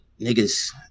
niggas